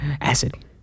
Acid